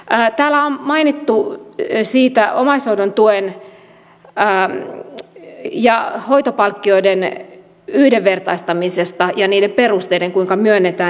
täällä on mainittu siitä omaishoidon tuen ja hoitopalkkioiden yhdenvertaistamisesta ja niiden perusteiden kuinka myönnetään